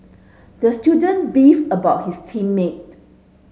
the student beefed about his team mate